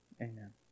Amen